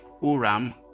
Uram